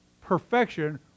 perfection